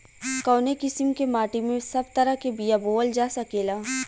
कवने किसीम के माटी में सब तरह के बिया बोवल जा सकेला?